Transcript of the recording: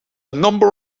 number